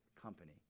company